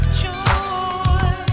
joy